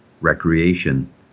Recreation